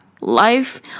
life